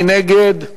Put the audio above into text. מי נגד?